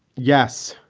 yes.